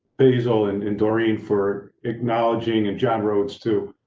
hazel and and doreen for acknowledging and john roads too.